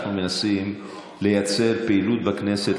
אנחנו מנסים לייצר פעילות בכנסת,